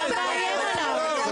אתה מאיים עליו.